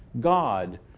God